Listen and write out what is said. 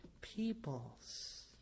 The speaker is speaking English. peoples